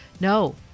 No